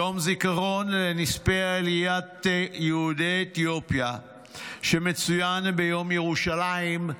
יום זיכרון לנספי עליית יהודי אתיופיה שמצוין ביום ירושלים,